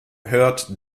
hört